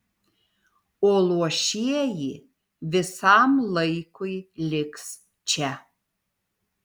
o luošieji visam laikui liks čia